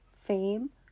fame